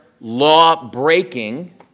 law-breaking